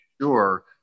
sure